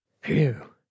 Phew